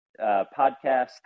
podcast